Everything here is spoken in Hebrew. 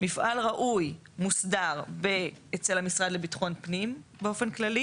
מפעל ראוי מוסדר אצל המשרד לביטחון הפנים באופן כללי,